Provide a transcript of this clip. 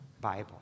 Bible